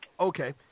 Okay